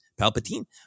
palpatine